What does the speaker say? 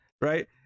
right